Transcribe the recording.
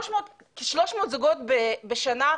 כ-300 זוגות בשנה,